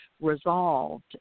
resolved